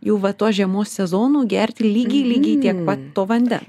jau va tos žiemos sezonu gerti lygiai lygiai tiek pat to vandens